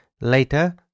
Later